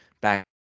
back